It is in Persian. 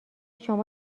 شما